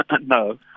No